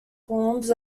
forms